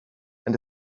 and